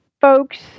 folks